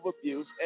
abuse